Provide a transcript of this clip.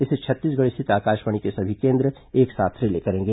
इसे छत्तीसगढ़ स्थित आकाशवाणी के सभी केन्द्र एक साथ रिले करेंगे